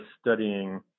studying